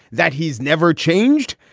that he's never changed.